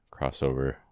crossover